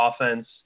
offense